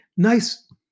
Nice